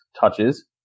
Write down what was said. touches